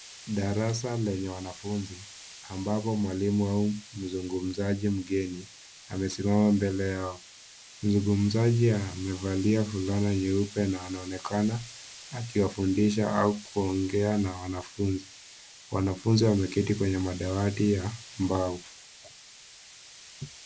Darasa lenye wanafunzi, ambapo mwalimu au mzungumzaji mgeneni, amesimama mbele yao. Mzungumzaji amevalia fulana nyeupe na anaonekana akiwafundisha au kuongea na wanafunzi. Wanafunzi wameketi kwenye madawati ya mbao.